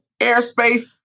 airspace